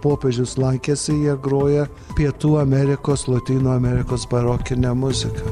popiežius lankėsi jie groja pietų amerikos lotynų amerikos barokinę muziką